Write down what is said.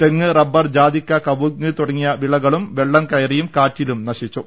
തെങ്ങ് റബർ ജാതിക്ക കവുങ്ങ് തുടങ്ങിയ വിളകളും വെള്ളംകയറിയും കാറ്റിലും നശിച്ചു